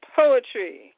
poetry